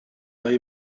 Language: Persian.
لای